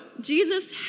Jesus